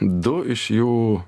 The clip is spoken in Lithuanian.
du iš jų